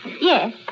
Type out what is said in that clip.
Yes